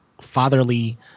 fatherly